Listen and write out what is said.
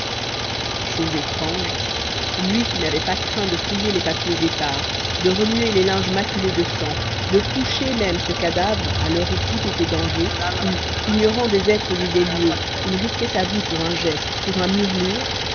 chose étrange lui qui n'avait pas craint de fouiller les papiers épars de remuer les linges maculés de sang de toucher même ce cadavre à l'heure où tout était danger où ignorant des êtres et des lieux il risquait sa vie pour un geste pour un murmure